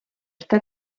està